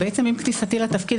עם כניסתי לתפקיד,